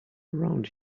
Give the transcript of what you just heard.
around